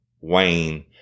Wayne